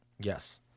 Yes